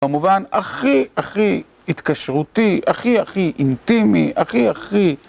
במובן הכי הכי התקשרותי, הכי הכי אינטימי, הכי הכי...